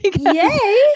Yay